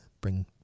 bring